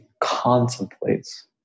contemplates